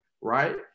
right